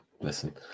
listen